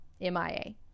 MIA